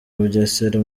bugesera